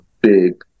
big